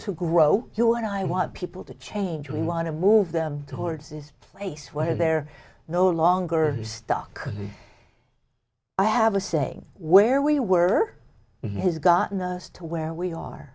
to grow you and i want people to change we want to move them towards this place where they're no longer stuck i have a saying where we were has gotten us to where we are